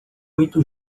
oito